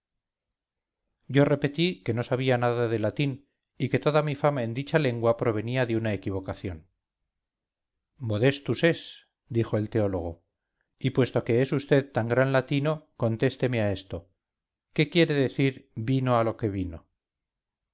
yo repetí que no sabía palabra de latín y que toda mi fama en dicha lengua provenía de una equivocación modestus es dijo el teólogo y puesto que es vd tan gran latino contésteme a esto qué quiere decir vino a lo que vino